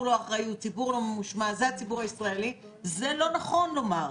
הישראלי שהוא לא אחראי ולא ממושמע זה דבר לא נכון לומר.